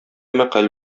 мәкаль